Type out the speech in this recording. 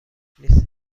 لیست